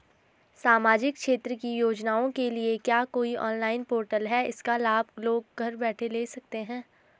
सामाजिक क्षेत्र की योजनाओं के लिए क्या कोई ऑनलाइन पोर्टल है इसका लाभ लोग घर बैठे ले सकते हैं?